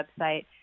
website